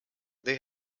they